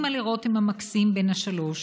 אימא לרותם המקסים בן השלוש.